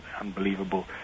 unbelievable